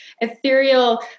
ethereal